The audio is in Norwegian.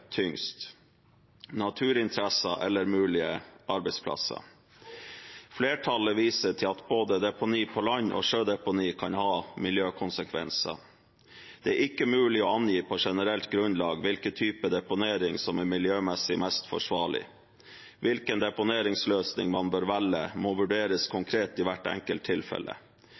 tyngst – naturinteresser eller mulige arbeidsplasser. Flertallet viser til at både deponi på land og sjødeponi kan ha miljøkonsekvenser. Det er ikke mulig å angi på generelt grunnlag hvilken type deponering som er miljømessig mest forsvarlig. Hvilken deponeringsløsning man bør velge, må vurderes konkret i hvert enkelt tilfelle.